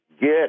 get